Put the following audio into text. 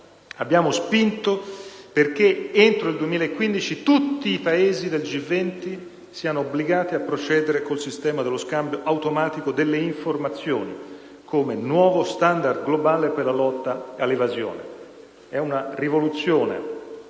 abbiamo spinto perché entro il 2015 tutti i Paesi del G20 siano obbligati a procedere con il sistema dello scambio automatico delle informazioni, come nuovo standard globale per la lotta all'evasione. È una rivoluzione.